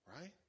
right